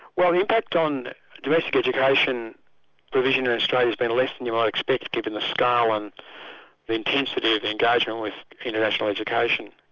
well the impact on domestic education provision in australia has been less than you might expect given the scale and the intensity of engagement with international education.